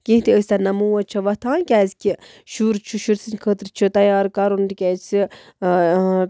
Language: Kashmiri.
کیٚنٛہہ تہِ ٲسۍتَن نَہ موج چھےٚ وۄتھان کیٛازکہِ شُر چھُ شُرۍ سٕنٛدۍ خٲطرٕ چھِ تیار کَرُن تِکیٛازِ